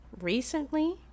recently